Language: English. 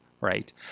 right